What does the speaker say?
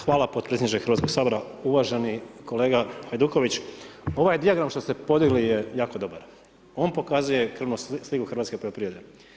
Hvala potpredsjedniče Hrvatskog sabora, uvaženi kolega Hajduković, ovaj dijagram što ste podigli je jako dobar, on pokazuje krvnu sliku hrvatske poljoprivrede.